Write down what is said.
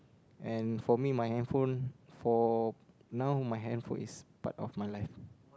and for me my handphone for now my handphone is part of my life